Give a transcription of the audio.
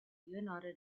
leonardo